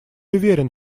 уверен